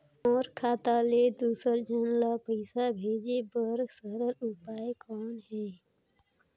मोर खाता ले दुसर झन ल पईसा भेजे बर सरल उपाय कौन हे?